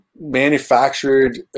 manufactured